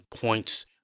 points